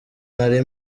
ntari